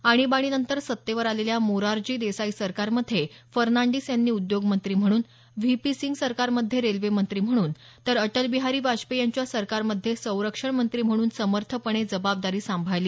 आणिबाणीनंतर सत्तेवर आलेल्या मोरारजी देसाई सरकारमध्ये फर्नांडीस यांनी उद्योगमंत्री म्हणून व्ही पी सिंग सरकारमध्ये रेल्वेमंत्री म्हणून तर अटल बिहारी वाजपेयी यांच्या सरकारमध्ये संरक्षणमंत्री म्हणून समर्थपणे जबाबदारी सांभाळली